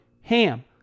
HAM